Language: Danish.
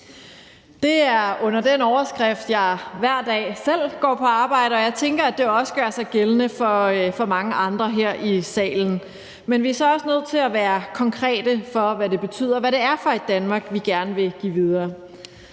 Det er under den overskrift, jeg selv hver dag går til arbejde, og jeg tænker, at det også gør sig gældende for mange andre her i salen. Men vi er så også nødt til at være konkrete med, hvad det betyder, og hvad det er for et Danmark, vi gerne vil give videre.